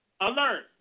alert